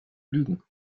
lügen